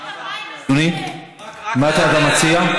אדוני, מה אתה מציע?